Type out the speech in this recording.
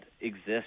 exist